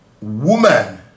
woman